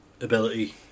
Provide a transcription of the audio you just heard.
ability